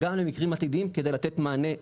וגם במקרים עתידיים כדי לתת מענה מלא.